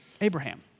Abraham